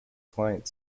client